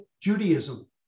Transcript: Judaism